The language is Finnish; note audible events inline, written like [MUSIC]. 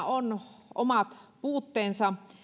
[UNINTELLIGIBLE] on omat puutteensa